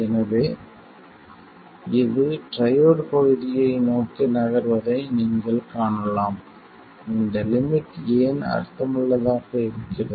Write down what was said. எனவே இது ட்ரையோட் பகுதியை நோக்கி நகர்வதை நீங்கள் காணலாம் இந்த லிமிட் ஏன் அர்த்தமுள்ளதாக இருக்கிறது